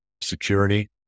security